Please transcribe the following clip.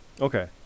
Okay